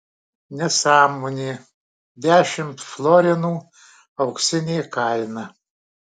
nesąmonė dešimt florinų auksinė kaina